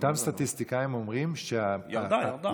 אותם סטטיסטיקאים אומרים, ירדה, ירדה.